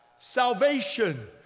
Salvation